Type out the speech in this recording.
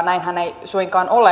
näinhän ei suinkaan ole